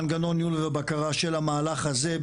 מנגנון ניהול ובקרה של המהלך הזה,